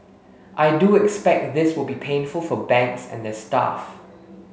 I do expect this will be painful for banks and their staff